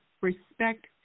respect